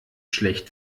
schlecht